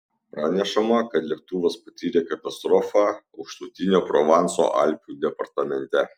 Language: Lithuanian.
pranešama kad lėktuvas patyrė katastrofą aukštutinio provanso alpių departamente